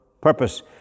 purpose